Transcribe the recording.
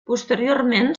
posteriorment